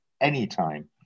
anytime